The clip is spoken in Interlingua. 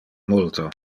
multo